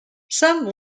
some